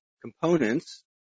components